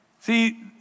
See